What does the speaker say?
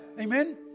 Amen